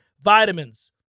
vitamins